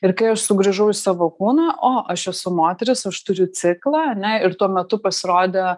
ir kai aš sugrįžau į savo kūną o aš esu moteris aš turiu ciklą ane ir tuo metu pasirodė